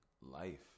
life